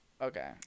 Okay